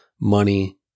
money